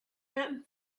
and